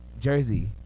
jersey